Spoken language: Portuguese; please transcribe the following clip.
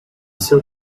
seu